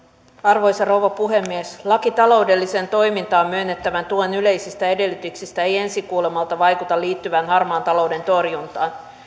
arvoisa rouva puhemies laki taloudelliseen toimintaan myönnettävän tuen yleisistä edellytyksistä ei ensi kuulemalta vaikuta liittyvän harmaan talouden torjuntaan